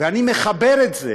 ואני מחבר את זה.